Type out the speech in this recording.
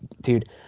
dude